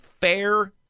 Fair